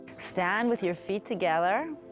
stand with your feet together,